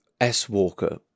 S-walker